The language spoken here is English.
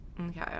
okay